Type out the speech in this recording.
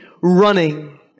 running